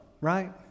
right